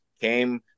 came